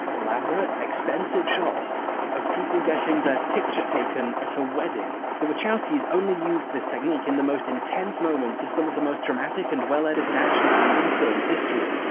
elaborate, expensive shots of people getting their picture taken at a so wedding. the wachowskis only used this technique in the most intense moments of some of the most dramatic and well edited action scenes in film history.